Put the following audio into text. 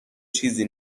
چیزی